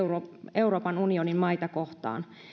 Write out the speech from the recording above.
euroopan unionin maita kohtaan